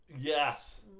Yes